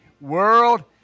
world